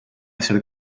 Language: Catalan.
ser